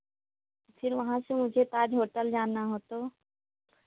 फिर वहाँ से मुझे ताज होटल जाना हो तो